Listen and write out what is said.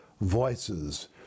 voices